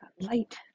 Light